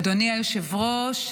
אדוני היושב-ראש,